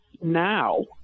now